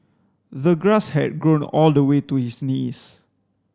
the grass had grown all the way to his knees